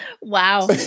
Wow